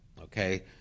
Okay